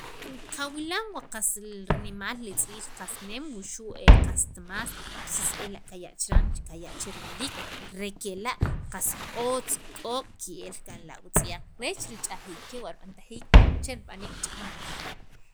qawilan wa qas rinimaal li tz'iil qas nem o wuxu' qast mas entoces ela' kaya' chiran kaya' che riliik re kela' qas otz k'ok' ke'lkan la witzyaq reech rich'ajiik kewa' rib'aniik che rib'antajiik li ch'ajanb'al.